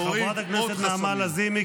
חברת הכנסת נעמה לזימי,